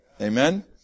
Amen